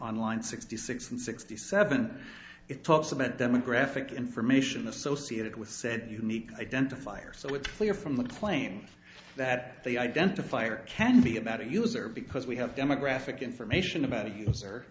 on line sixty six and sixty seven it talks about demographic information associated with said unique identifier so it's clear from the claim that the identifier can be about a user because we have demographic information about a user